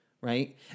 right